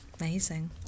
Amazing